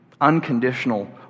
unconditional